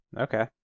Okay